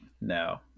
No